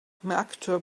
maktub